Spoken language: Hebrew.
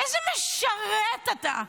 איזה משרת אתה.